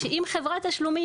שאם חברת תשלומים,